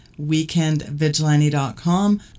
Weekendvigilante.com